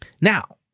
Now